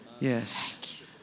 Yes